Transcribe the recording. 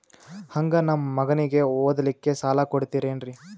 ಹಂಗ ನಮ್ಮ ಮಗನಿಗೆ ಓದಲಿಕ್ಕೆ ಸಾಲ ಕೊಡ್ತಿರೇನ್ರಿ?